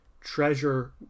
treasure